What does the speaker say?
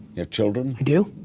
have children? i do.